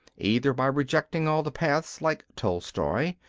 either by rejecting all the paths like tolstoy,